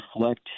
reflect